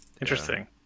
Interesting